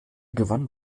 gewann